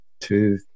two